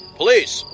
police